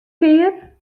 kear